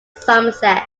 somerset